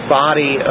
body